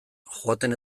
joaten